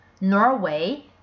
Norway